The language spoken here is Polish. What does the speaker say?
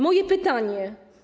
Moje pytanie.